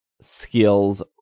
skills